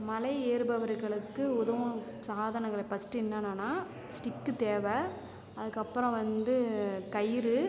மலை ஏறுபவர்களுக்கு உதவும் சாதனங்கள் ஃபர்ஸ்ட் என்னென்னனா ஸ்டிக்கு தேவை அதற்கப்றம் வந்து கயிறு